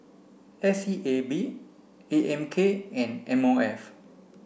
S E A B A M K and M O F